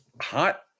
hot